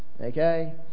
Okay